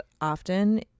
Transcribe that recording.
often